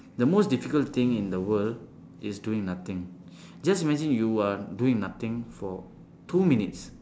the most difficult thing in the world is doing nothing just imagine you are doing nothing for two minutes